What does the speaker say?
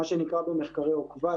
מה שנקרא ב"מחקרי עוקבה",